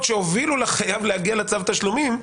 שהובילו את החייב להגיע לצו תשלומים,